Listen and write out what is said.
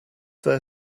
there